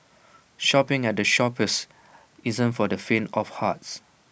shopping at the Shoppes isn't for the faint of hearts